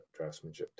draftsmanship